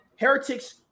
Heretics